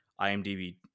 IMDb